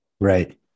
Right